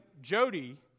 Jody